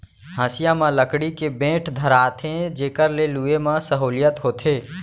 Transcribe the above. हँसिया म लकड़ी के बेंट धराथें जेकर ले लुए म सहोंलियत होथे